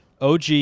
OG